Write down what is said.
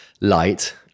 light